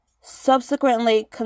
subsequently